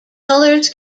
colors